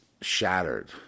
shattered